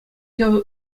ҫав